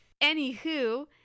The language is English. Anywho